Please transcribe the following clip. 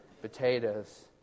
Potatoes